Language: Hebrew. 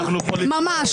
ממש,